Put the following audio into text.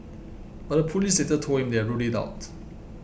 but the police later told him they had ruled it out